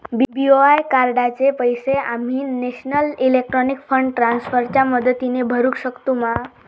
BOI कार्डाचे पैसे आम्ही नेशनल इलेक्ट्रॉनिक फंड ट्रान्स्फर च्या मदतीने भरुक शकतू मा?